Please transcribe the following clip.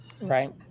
Right